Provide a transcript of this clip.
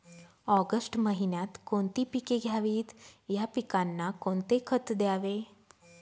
August महिन्यात कोणती पिके घ्यावीत? या पिकांना कोणते खत द्यावे?